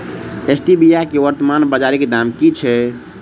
Stevia केँ वर्तमान बाजारीक दाम की छैक?